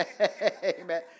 Amen